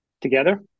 together